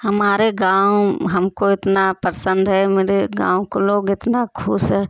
हमारे गाँव हमको इतना पसंद है मेरे गाँव को लोग इतना खुश है